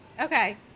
Okay